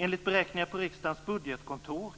Enligt beräkningar på riksdagens budgetkontor